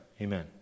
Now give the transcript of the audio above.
Amen